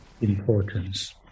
importance